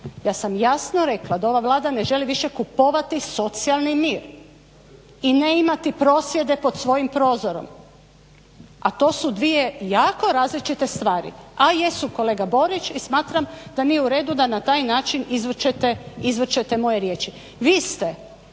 ja sam jasno rekla da ova Vlada ne želi više kupovati socijalni mir i ne imati prosvjede pod svojim prozorom. A to su dvije jako različite stvari. A jesu kolega Borić i smatram da nije uredu da na taj način izvrćete moje riječi. Vi ste